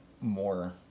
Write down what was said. more